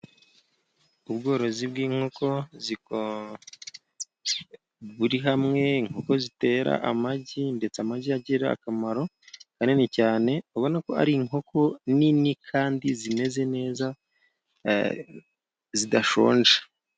Ubworozi bw'inkoko buri hamwe, inkoko zitera amagi ndetse amagi agira akamaro kanini cyane, ubona ko ari inkoko nini kandi zimeze neza zidashonje.